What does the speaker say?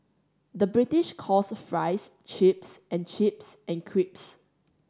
the British calls fries chips and chips and